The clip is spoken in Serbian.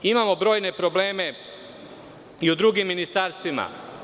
Imamo brojne probleme i u drugim ministarstvima.